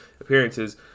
appearances